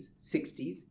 60s